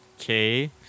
okay